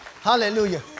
Hallelujah